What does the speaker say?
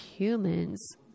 humans